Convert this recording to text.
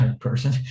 person